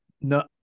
No